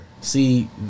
see